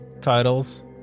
titles